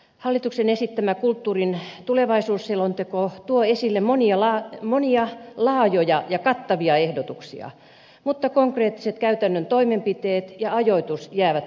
hallituksen esittämä kulttuurin tulevaisuusselonteko tuo esille monia laajoja ja kattavia ehdotuksia mutta konkreettiset käytännön toimenpiteet ja ajoitus jäävät puuttumaan